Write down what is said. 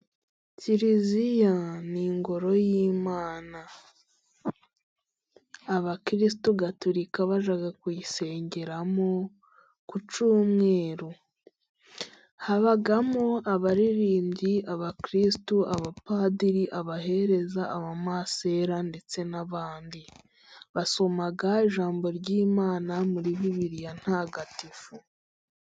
Kiliziya ni ingoro y'Imana, abakirisitu gatorika bajya kuyisengeramo ku cyumweru. Habamo abaririmbyi, abakirisitu, abapadiri, abahereza, abamasera ndetse n'abandi basoma ijambo ry'Imana muri bibiliya ntagatifu.